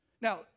Now